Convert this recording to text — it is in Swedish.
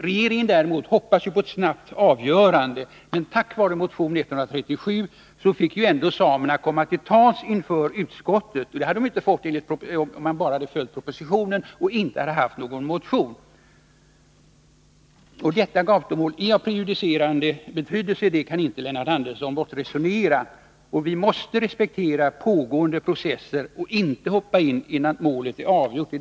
Regeringen däremot hoppas på ett snabbt avgörande, men tack vare motion 137 fick ändå samerna komma till tals inför utskottet. Det hade de inte fått göra om man bara hade följt propositionen och inte hade haft någon motion. Gautomålet är av prejudicerande betydelse, det kan inte Lennart Andersson bortresonera. Vi måste respektera pågående processer och inte hoppa in innan målet är avgjort.